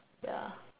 ya